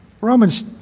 Romans